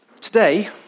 Today